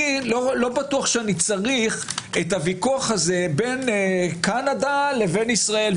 אני לא בטוח שאני צריך את הוויכוח הזה בין קנדה לבין ישראל,